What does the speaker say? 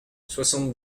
soixante